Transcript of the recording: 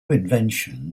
invention